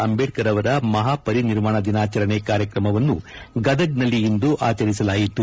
ಅಂಬೇಡ್ಕರ್ ಅವರ ಮಹಾ ಪರಿನಿರ್ವಾಣ ದಿನಾಚರಣೆ ಕಾರ್ಯಕ್ರಮವನ್ನು ಗದಗದಲ್ಲಿ ಇಂದು ಆಚರಿಸಲಾಯಿತು